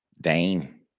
Dane